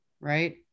right